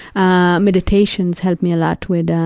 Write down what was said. ah meditation has helped me a lot with,